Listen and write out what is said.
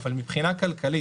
אבל מבחינה כלכלית,